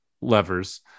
levers